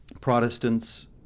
Protestants